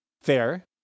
Fair